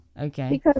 okay